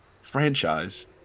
franchise